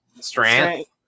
Strength